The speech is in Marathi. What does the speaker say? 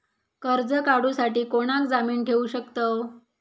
कर्ज काढूसाठी कोणाक जामीन ठेवू शकतव?